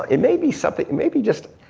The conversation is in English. it may be something, it may be just